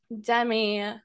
Demi